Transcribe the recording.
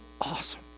awesome